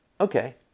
Okay